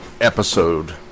episode